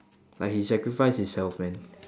like he sacrificed his health man